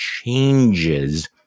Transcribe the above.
changes